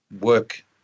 work